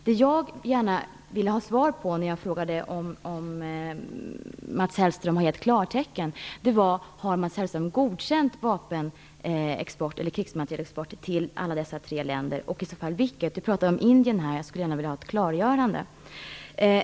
Vad jag gärna vill ha svar på när jag frågar om Mats Hellström har givit klartecken är om han har godkänt vapenexport eller krigsmaterielexport till alla eller något av de tre länderna och i så fall till vilket. Vi talar här bl.a. om Indien, och jag skulle gärna vilja ha ett klargörande.